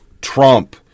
Trump